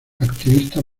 activista